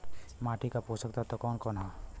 माटी क पोषक तत्व कवन कवन ह?